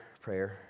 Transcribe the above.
prayer